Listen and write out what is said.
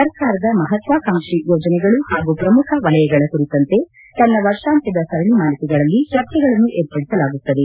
ಸರ್ಕಾರದ ಮಹತ್ವಾಕಾಂಕ್ಷಿ ಯೋಜನೆಗಳು ಹಾಗೂ ಪ್ರಮುಖ ವಲಯಗಳ ಕುರಿತಂತೆ ತನ್ನ ವರ್ಷಾಂತ್ನದ ಸರಣಿ ಮಾಲಿಕೆಗಳಲ್ಲಿ ಚರ್ಚೆಗಳನ್ನು ಏರ್ಪಡಿಸಲಾಗುತ್ತದೆ